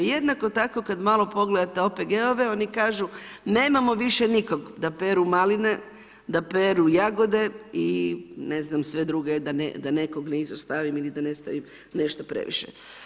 Jednako tako kada malo pogledate OPG-ove oni kažu, nemamo više nikog da beru maline, da beru jagode i ne znam sve druge da nekog ne izostavim ili da ne stavim nešto previše.